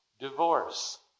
divorce